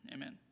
Amen